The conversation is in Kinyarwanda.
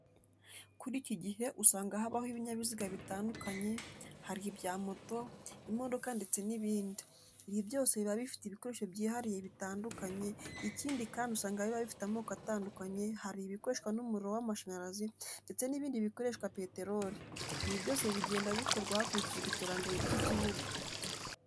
Kuri iki gihe usanga habaho ibinyabiziga bitandukanye hari ibya moto, imodoka ndetse n'ibindi, ibi byose biba bifite ibikoresho byihariye bitandukanye, ikindi kandi usanga biba bifite amoko atandukanye hari ibikoreshwa n'umuriro w'amashanyarazi ndetse n'ibindi bikoresha peterori, ibi byose bigenda bikorwa hakurikijwe iterambere ry'igihugu.